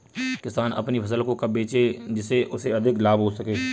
किसान अपनी फसल को कब बेचे जिसे उन्हें अधिक लाभ हो सके?